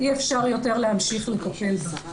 אי אפשר יותר להמשיך לטפל בך'.